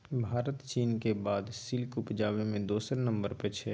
भारत चीनक बाद सिल्क उपजाबै मे दोसर नंबर पर छै